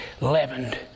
leavened